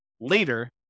later